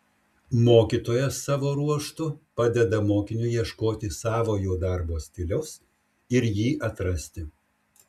mokytojas savo ruožtu padeda mokiniui ieškoti savojo darbo stiliaus ir jį atrasti